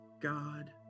God